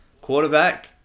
quarterback